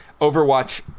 overwatch